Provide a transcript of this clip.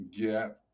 get